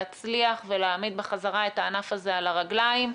להצליח ולהעמיד בחזרה את הענף הזה על הרגליים.